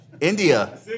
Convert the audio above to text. India